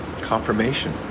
confirmation